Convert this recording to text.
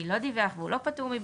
מי לא דיווח והוא לא פטור מבידוד.